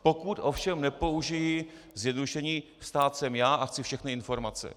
Pokud ovšem nepoužiji zjednodušení: stát jsem a chci všechny informace.